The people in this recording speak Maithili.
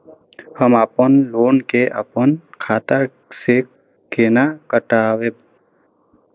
हम अपन लोन के अपन खाता से केना कटायब?